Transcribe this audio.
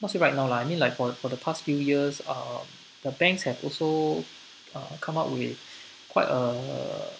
not say right now lah I mean like for the for the past few years uh the banks have also uh come up with quite a